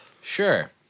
Sure